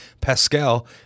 Pascal